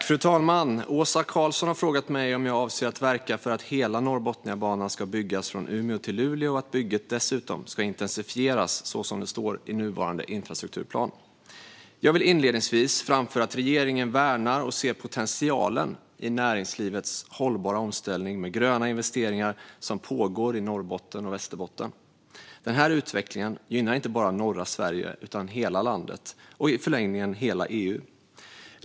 Fru talman! Åsa Karlsson har frågat mig om jag avser att verka för att hela Norrbotniabanan ska byggas från Umeå till Luleå och att bygget dessutom ska intensifieras så som det står i nuvarande infrastrukturplan. Jag vill inledningsvis framföra att regeringen värnar, och ser potentialen i, näringslivets hållbara omställning med gröna investeringar som pågår i Norrbotten och Västerbotten. Den här utvecklingen gynnar inte bara norra Sverige utan hela landet och i förlängningen hela EU.